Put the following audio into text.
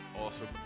Awesome